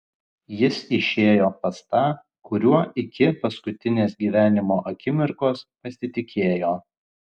jis išėjo pas tą kuriuo iki paskutinės gyvenimo akimirkos pasitikėjo